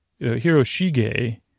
Hiroshige